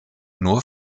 nur